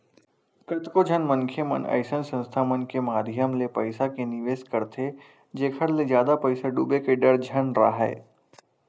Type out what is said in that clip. कतको झन मनखे मन अइसन संस्था मन के माधियम ले पइसा के निवेस करथे जेखर ले जादा पइसा डूबे के डर झन राहय